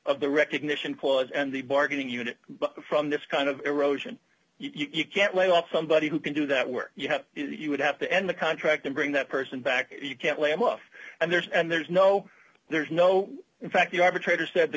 of the recognition clause and the bargaining unit from this kind of erosion you can't lay off somebody who can do that work you have you would have to end the contract and bring that person back you can't lay off and there's and there's no there's no in fact the arbitrator said the